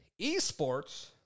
esports